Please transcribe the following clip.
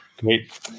Great